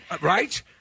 right